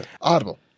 Audible